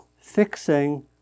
fixing